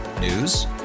News